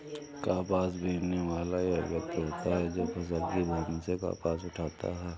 कपास बीनने वाला वह व्यक्ति होता है जो फसल की भूमि से कपास उठाता है